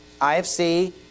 ifc